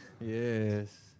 Yes